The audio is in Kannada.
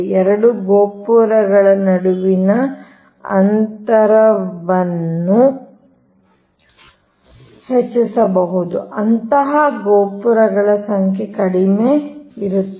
2 ಗೋಪುರಗಳ ನಡುವಿನ ಅಂತರವನ್ನು ಹೆಚ್ಚಿಸಬಹುದು ಅಂತಹ ಗೋಪುರಗಳ ಸಂಖ್ಯೆ ಕಡಿಮೆ ಇರುತ್ತದೆ